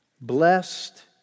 Blessed